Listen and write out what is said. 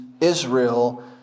Israel